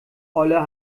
olle